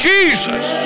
Jesus